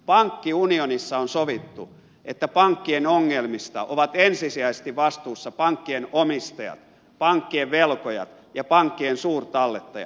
pankkiunionissa on sovittu että pankkien ongelmista ovat ensisijaisesti vastuussa pankkien omistajat pankkien velkojat ja pankkien suurtallettajat